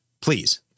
please